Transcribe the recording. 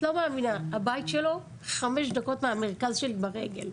את לא מאמינה הבית שלו נמצא חמש דקות מהמרכז שלי ברגל.